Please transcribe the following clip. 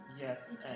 Yes